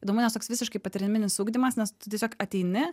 įdomu nes toks visiškai patyriminis ugdymas nes tu tiesiog ateini